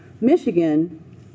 Michigan